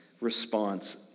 response